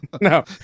No